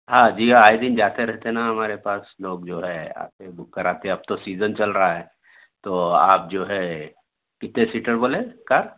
ہاں جی ہاں آئے دن جاتے رہتے نا ہمارے پاس لوگ جو ہے آتے بک کراتے اب تو سیزن چل رہا ہے تو آپ جو ہے کتے سیٹر بولے کار